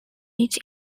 rich